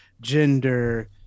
gender